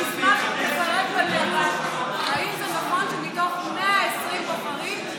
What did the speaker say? אני אשמח אם תפרט בנאום אם זה נכון שמתוך 120 בוחרים,